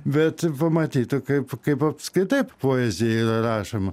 bet pamatytų kaip kaip apskritai poezija yra rašoma